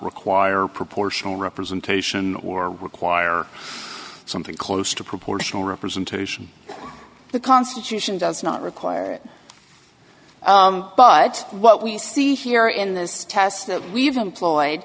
require proportional representation or require something close to proportional representation the constitution does not require but what we see here in this test that we've